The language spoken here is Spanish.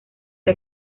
que